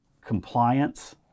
compliance